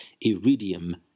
iridium